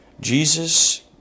Jesus